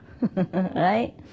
right